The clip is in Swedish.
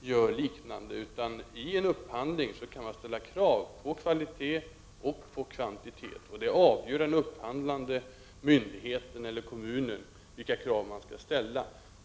gör så. Vid en upphandling kan man ställa krav på kvalitet och kvantitet. Det är den upphandlande myndigheten eller kommunen som avgör vilka krav man skall ställa.